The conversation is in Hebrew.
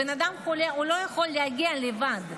כשבן אדם חולה, הוא לא יכול להגיע לבד.